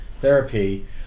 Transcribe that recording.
therapy